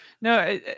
No